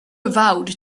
vowed